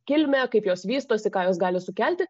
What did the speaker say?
kilmę kaip jos vystosi ką jos gali sukelti